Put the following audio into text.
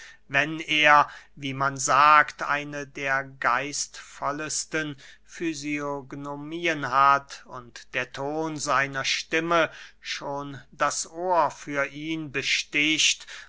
wenn er wie man sagt eine der geistvollesten fysionomien hat und der ton seiner stimme schon das ohr für ihn besticht